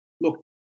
look